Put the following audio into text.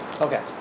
Okay